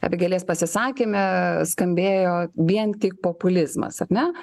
vėgėlės pasisakyme skambėjo vien tik populizmas ar ne